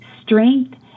strength